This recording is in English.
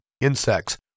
insects